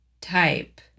type